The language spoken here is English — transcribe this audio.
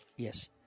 Yes